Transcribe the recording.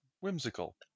Whimsical